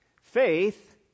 faith